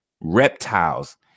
Reptiles